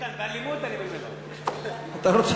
איתן, באלימות, לכן אומר